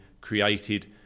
created